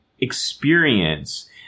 experience